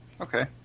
Okay